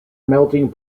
melting